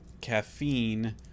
caffeine